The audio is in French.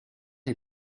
est